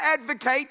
advocate